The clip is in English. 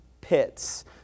pits